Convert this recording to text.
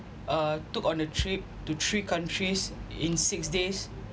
uh took on a trip to three countries in six days